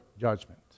judgment